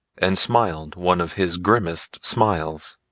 and smiled one of his grimmest smiles.